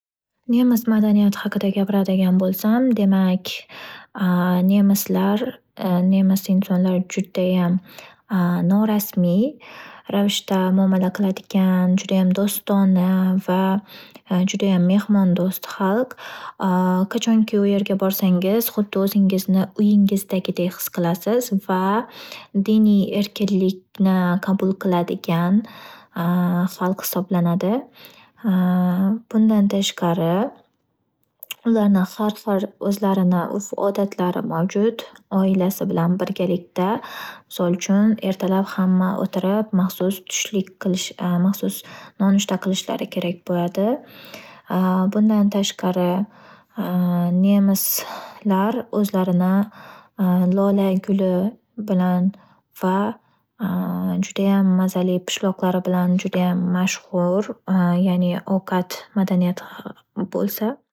Nemis madaniyati haqida gapiradigan bo’lsam, demak nemislar nemis insonlar judayam norasmiy ravishda muomila qiladigan judayam do'stona va judayam mehmondo'st xalq. Qachonki u yerga borsangiz, huddi o'zingizni uyingizdagidek his qilasiz va diniy erkinlikni qabul qiladigan xalq hisoblanadi. Bundan tashqari, ularni har hil o'zlarini urf odatlari mavjud oilasi bilan birgalikla ertalab hamma otirib maxsus tushlik maxsus nonushta qilishlari kerak bo'ladi. Bundan tashqar,i nemislar ozlarini lola guli bilan va judayam mazali pishloqlari bilan mashhur ularning ovqat madaniyati bo'lsa.